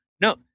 No